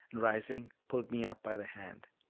and, rising, pulled me up by the hand.